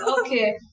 Okay